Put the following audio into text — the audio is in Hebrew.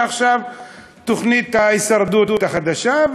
ועכשיו תוכנית ההישרדות החדשה,